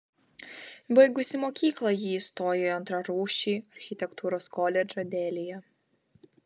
baigusi mokyklą ji įstojo į antrarūšį architektūros koledžą delyje